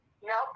Nope